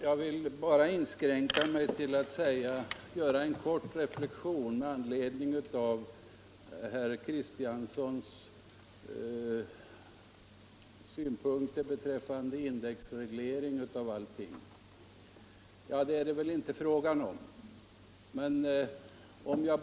Herr talman! Jag skall inskränka mig till att göra en reflexion med anledning av herr Kristianssons synpunkter beträffande indexreglering av allting. Detta är det väl inte fråga om.